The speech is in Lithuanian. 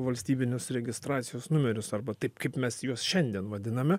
valstybinius registracijos numerius arba taip kaip mes juos šiandien vadiname